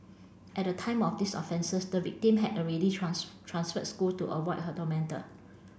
at the time of these offences the victim had already transferred school to avoid her tormentor